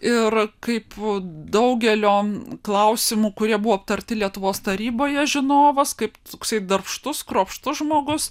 ir kaip daugelio klausimų kurie buvo aptarti lietuvos taryboje žinovas kaip toksai darbštus kruopštus žmogus